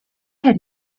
had